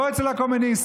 לא אצל הקומוניסטים.